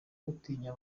atinya